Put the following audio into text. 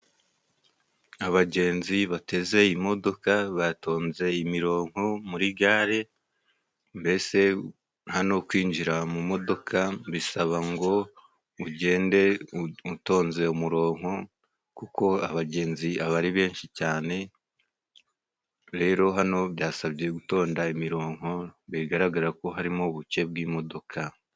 Abagenzi bateze iyi imodoka batonze imirongonko muri gare. mbese, hano kwinjira mu modoka bisaba ngo ugende utonze umuronko kuko abagenzi aba ari benshi cyane. Rero hano byasabye gutonda imironko, bigaragara ko harimo ubuke bw'imodoka.